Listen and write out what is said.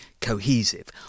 cohesive